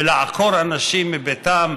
ולעקור אנשים מביתם,